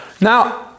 Now